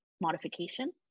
modification